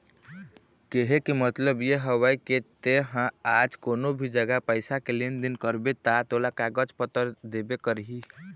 केहे के मतलब ये हवय के ते हा आज कोनो भी जघा पइसा के लेन देन करबे ता तोला कागज पतर देबे करही